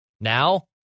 Now